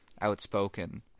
outspoken